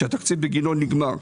שהתקציב בגינו נגמר,